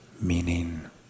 meaning